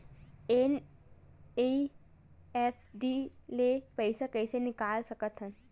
NEFT ले पईसा कइसे निकाल सकत हन?